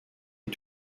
est